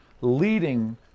leading